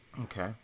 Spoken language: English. Okay